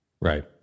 Right